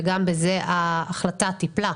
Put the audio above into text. וגם בזה ההחלטה טיפלה,